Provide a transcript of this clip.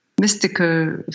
Mystical